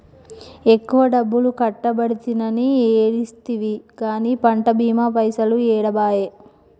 ఎక్కువ డబ్బులు కట్టబడితినని ఏడిస్తివి గాని పంట బీమా పైసలు ఏడబాయే